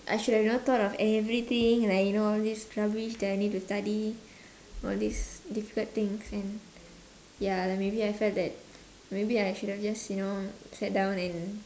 I should have you know thought of everything like you know all this rubbish that I need to study all these difficult things and ya like maybe I felt that maybe I should have just you know sat down and